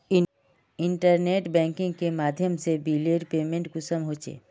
Internet banking के माध्यम से बिलेर पेमेंट कुंसम होचे?